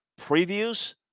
previews